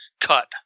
cut